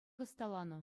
ӑсталанӑ